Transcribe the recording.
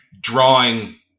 drawing